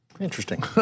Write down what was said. Interesting